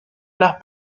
las